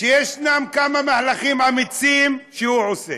שיש כמה מהלכים אמיצים שהוא עושה,